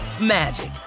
magic